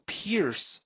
pierce